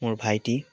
মোৰ ভাইটি